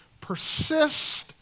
persist